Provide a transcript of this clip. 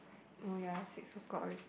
oh ya six o-clock already